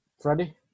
Freddie